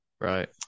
Right